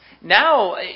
now